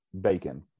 bacon